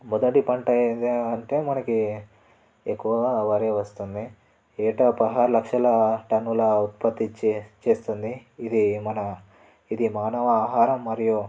మొదటి పంట ఏంటి అంటే మనకి ఎక్కువగా వరే వస్తుంది ఏటా పదహారు లక్షల టన్నుల ఉత్పత్తి ఇచ్చే చేస్తుంది ఇది మన ఇది మానవ ఆహారం మరియు